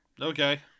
Okay